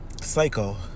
psycho